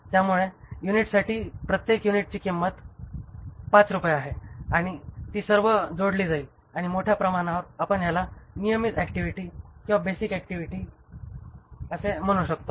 त्यामुळे युनिटसाठी प्रत्येक युनिटची किंमत 5 रुपये आहे आणि ती सर्व जोडली जाईल आणि मोठ्या प्रमाणावर आपण ह्याला नियमित ऍक्टिव्हिटी किंवा बेसिक ऍक्टिव्हिटी असे म्हणू शकतो